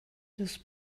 this